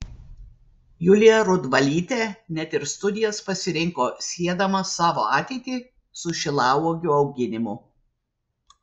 julija rudvalytė net ir studijas pasirinko siedama savo ateitį su šilauogių auginimu